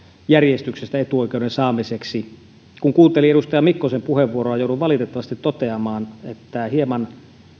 järjestyksestä etuoikeuden saamiseksi kun kuuntelin edustaja mikkosen puheenvuoroa jouduin valitettavasti toteamaan hieman